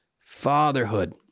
fatherhood